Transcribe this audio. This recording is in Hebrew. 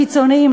קיצוניים,